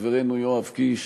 לחברנו יואב קיש